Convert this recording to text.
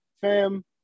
fam